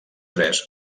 tres